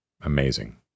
amazing